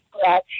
scratch